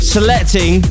Selecting